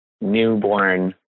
newborn